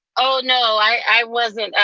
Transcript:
oh no, i wasn't,